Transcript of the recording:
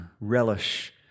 relish